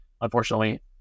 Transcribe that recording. Unfortunately